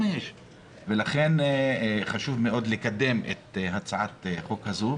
ולכן חשוב מאוד לקדם את הצעת החוק הזו.